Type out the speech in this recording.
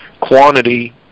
quantity